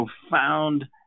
profound